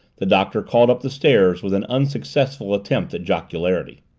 the doctor called up the stairs with an unsuccessful attempt at jocularity.